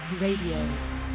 Radio